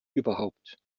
überhaupt